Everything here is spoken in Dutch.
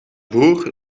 broer